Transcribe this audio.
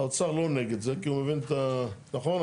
האוצר לא נגד זה, כי הוא מבין את, נכון?